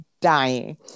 dying